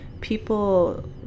people